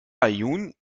aaiún